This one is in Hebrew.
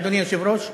אדוני היושב-ראש,